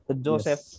Joseph